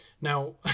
Now